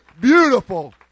beautiful